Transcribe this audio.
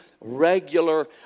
regular